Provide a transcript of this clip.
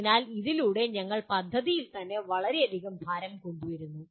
അതിനാൽ ഇതിലൂടെ ഞങ്ങൾ പദ്ധതിയിൽ തന്നെ വളരെയധികം ഭാരം കൊണ്ടുവരുന്നു